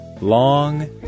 long